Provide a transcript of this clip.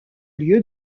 lieu